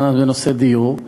אושר בקריאה טרומית,